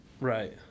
Right